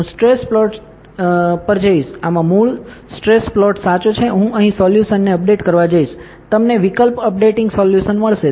હું stress plot પર જઇશ આમાં મૂળ સ્ટ્રેસ પ્લોટ સાચો છે હું અહીં સોલ્યુશનને અપડેટ કરવા જઇશ તમને વિકલ્પ અપડેટિંગ સોલ્યુશન મળશે